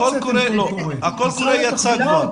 הקול קורא יצא כבר.